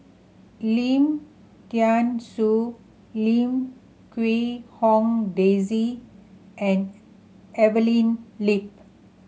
Lim Thean Soo Lim Quee Hong Daisy and Evelyn Lip